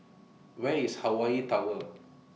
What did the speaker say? Where IS Hawaii Tower